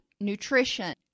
nutrition